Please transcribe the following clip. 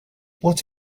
what